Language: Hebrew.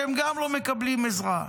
שגם הם לא מקבלים עזרה,